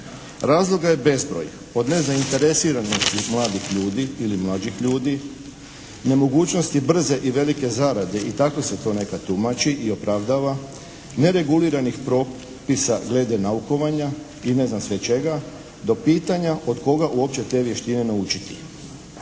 Razloga je bezbroj. Od nezainteresiranosti mladih ljudi ili mlađih ljudi, nemogućnosti brze i velike zarade i tako se to nekad tumači i opravdava, nereguliranih propisa glede naukovanja i ne znam sve čega, do pitanja od koga uopće te vještine naučiti.